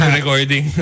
recording